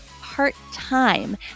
part-time